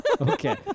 Okay